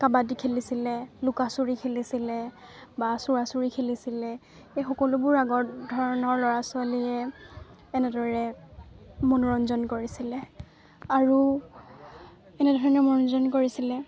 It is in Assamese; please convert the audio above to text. কাবাডী খেলিছিলে লুকা চুৰি খেলিছিলে বা চুৱা চুৰি খেলিছিলে এই সকলোবোৰ আগৰ ধৰণৰ ল'ৰা ছোৱালীয়ে এনেদৰে মনোৰঞ্জন কৰিছিলে আৰু এনেধৰণে মনোৰঞ্জন কৰিছিলে